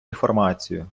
інформацію